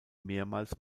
mehrmals